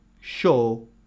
show